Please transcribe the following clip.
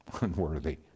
unworthy